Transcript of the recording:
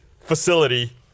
facility